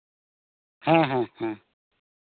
ᱦᱮᱸ ᱦᱮᱸ